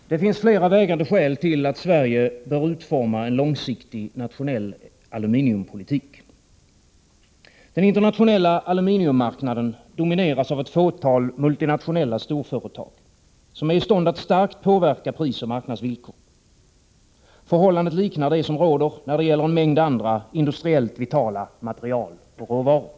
Nr 114 Herr talman! Det finns flera vägande skäl till att Sverige bör utforma en Onsdagen den långsiktig nationell aluminiumpolitik. Den internationella aluminiummark 10 april 1985 naden domineras av ett fåtal multinationella storföretag, som är i stånd att starkt påverka prisoch marknadsvillkor. Förhållandet liknar det som råder CL oe :; 5 é Aluminiumförsörjnär det gäller en mängd andra industriellt vitala material och råvaror.